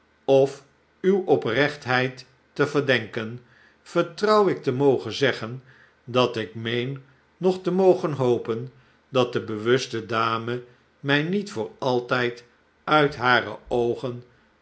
of uwe oprechtheid te verdenken vertrouw ik te mogen zeggen dat ik meen nog te mogen hopen dat de bewuste dame mij niet voor altijd uit hare oogen